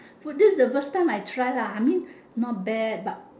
but this is first time I try lah I mean not bad but